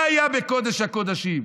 מה היה בקודש הקודשים?